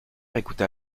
écouta